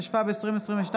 התשפ"ב 2022,